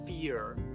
fear